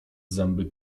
zęby